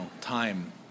time